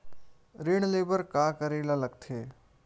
ऋण ले बर का करे ला लगथे?